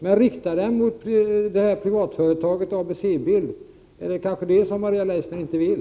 Men rikta den mot det här privatföretaget ABC-bild. Det är kanske det som Maria Leissner inte vill.